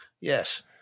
Yes